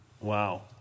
Wow